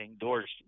Doors